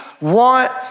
want